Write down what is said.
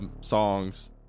songs